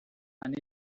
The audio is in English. and